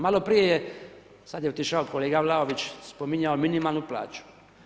Malo prije je, sad je otišao kolega Vlaović spominjao minimalnu plaću.